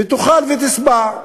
ותאכל ותשבע.